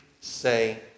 say